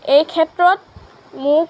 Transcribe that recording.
এই ক্ষেত্ৰত মোক